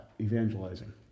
evangelizing